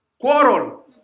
quarrel